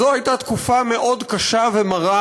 זו הייתה תקופה קשה ומרה